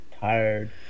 tired